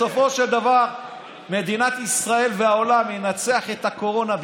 בסופו של דבר מדינת ישראל והעולם ינצחו את הקורונה,